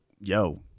yo